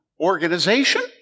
Organization